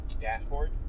dashboard